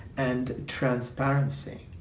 and transparency.